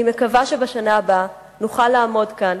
אני מקווה שבשנה הבאה נוכל לעמוד כאן